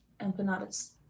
empanadas